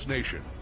Nation